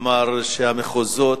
אמר שהמחוזות